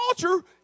culture